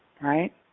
right